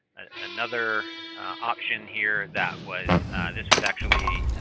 another option here that was this was actually